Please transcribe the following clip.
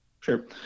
sure